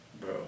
bro